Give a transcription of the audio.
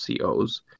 COs